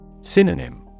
Synonym